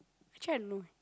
actually I don't know